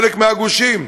חלק מהגושים.